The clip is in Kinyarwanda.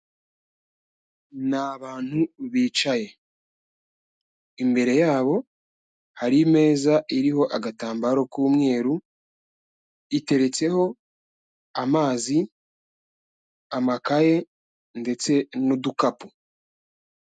Ni abantu bicaye. Imbere yabo, hari meza iriho agatambaro k'umweru, iteretseho amazi, amakaye ndetse n'udukapu.